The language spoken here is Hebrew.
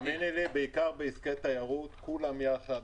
תאמיני לי, בעיקר בעסקי תיירות, כולם יחד.